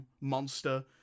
monster